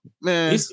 man